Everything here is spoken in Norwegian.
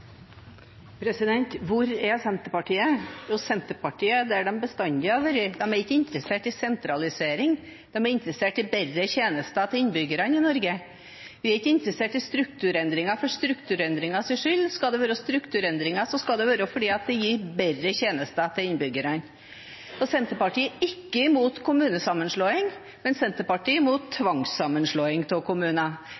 der de bestandig har vært. De er ikke interessert i sentralisering. De er interessert i bedre tjenester til innbyggerne i Norge. Vi er ikke interessert i strukturendringer for strukturendringenes skyld. Skal det være strukturendring, skal det være fordi det gir bedre tjenester til innbyggerne. Senterpartiet er ikke imot kommunesammenslåing, men Senterpartiet er imot tvangssammenslåing av kommuner